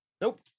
Nope